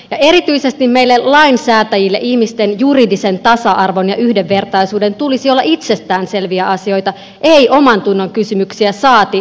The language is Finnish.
erityisesti meille lainsäätäjille ihmisten juridisen tasa arvon ja yhdenvertaisuuden tulisi olla itsestäänselviä asioita ei omantunnon kysymyksiä saati ryhmäpäätöksiä